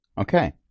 Okay